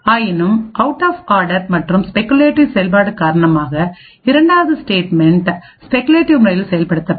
ஆயினும் out of order மற்றும் speculative செயல்பாடு காரணமாக இரண்டாவது ஸ்டேட்மென்ட் ஸ்பெகுலேட்டிவ் முறையில் செயல்படுத்தப்படும்